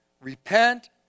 Repent